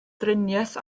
driniaeth